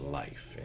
life